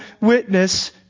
witness